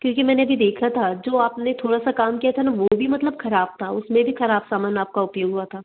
क्योंकि मैंने अभी देखा था जो आपने थोड़ा सा काम किया था न वो भी मतलब खराब था उसमें भी खराब सामान आपका उपयोग हुआ था